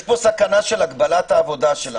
יש פה סכנה של הגבלת העבודה שלנו.